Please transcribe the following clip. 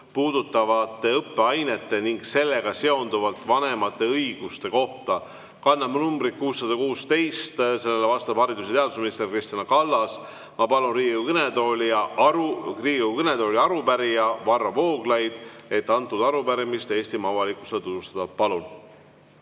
puudutavate õppeainete ning sellega seonduvalt vanemate õiguste kohta. See kannab numbrit 616, vastab haridus- ja teadusminister Kristina Kallas. Ma palun Riigikogu kõnetooli arupärija Varro Vooglaiu, et antud arupärimist Eestimaa avalikkusele tutvustada. Palun!